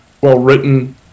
well-written